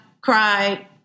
cry